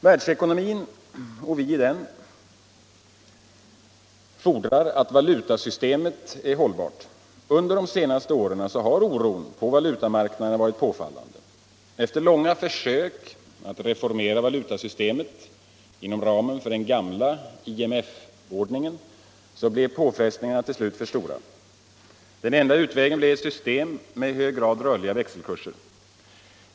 Världsekonomin och vi i den fordrar att valutasystemet är hållbart. Under de senaste åren har oron på valutamarknaderna varit påfallande. Efter långa försök att reformera valutasystemet inom ramen för den gamla IMF-ordningen blev påfrestningarna till slut för stora. Den enda utvägen blev ett system med i hög grad rörliga växelkurser.